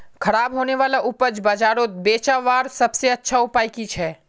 ख़राब होने वाला उपज बजारोत बेचावार सबसे अच्छा उपाय कि छे?